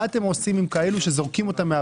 מה אתם עושים עם אלה שזורקים אותם מן